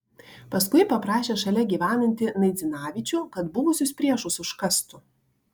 paskui paprašė šalia gyvenantį naidzinavičių kad buvusius priešus užkastų